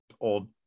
old